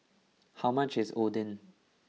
how much is Oden